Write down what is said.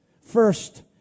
first